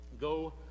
go